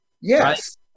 Yes